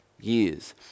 years